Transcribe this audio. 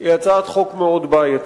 היא הצעת חוק מאוד בעייתית,